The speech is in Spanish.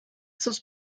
sus